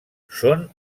són